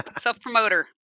Self-promoter